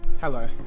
Hello